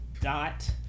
Dot